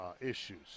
issues